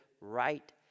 right